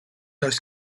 oes